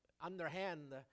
underhand